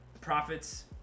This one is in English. profits